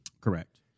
Correct